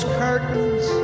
curtains